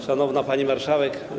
Szanowna Pani Marszałek!